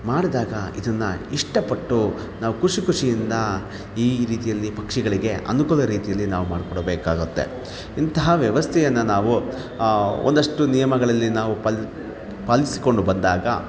ಮಾಡಿದಾಗ ಇದನ್ನು ಇಷ್ಟಪಟ್ಟು ನಾವು ಖುಷಿ ಖುಷಿಯಿಂದ ಈ ರೀತಿಯಲ್ಲಿ ಪಕ್ಷಿಗಳಿಗೆ ಅನುಕೂಲ ರೀತಿಯಲ್ಲಿ ನಾವು ಮಾಡಿಕೊಡ್ಬೇಕಾಗತ್ತೆ ಇಂತಹ ವ್ಯವಸ್ಥೆಯನ್ನು ನಾವು ಒಂದಷ್ಟು ನಿಯಮಗಳಲ್ಲಿ ನಾವು ಪಾಲ್ ಪಾಲಿಸಿಕೊಂಡು ಬಂದಾಗ